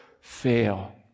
fail